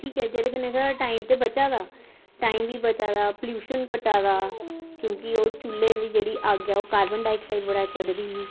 ठीक ऐ जेह्दे कन्नै साढ़ा टाईम ते बचा दा टाईम बी बचा दा प्लयूशन घटा दा क्योंकि ओह् चु'ल्ले दी जेह्ड़ी अग्ग ऐ ओह् कार्बन डाईक्साईड़ बड़ा छड्डदी ही